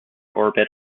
orbit